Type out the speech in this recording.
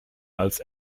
als